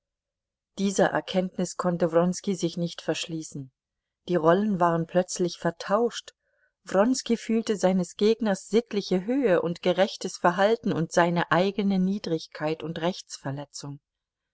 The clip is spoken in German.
dieser erkenntnis konnte wronski sich nicht verschließen die rollen waren plötzlich vertauscht wronski fühlte seines gegners sittliche höhe und gerechtes verhalten und seine eigene niedrigkeit und